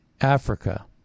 Africa